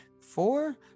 four